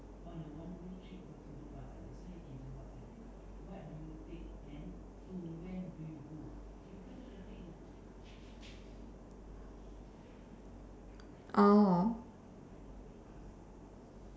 oh